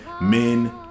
Men